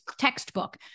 textbook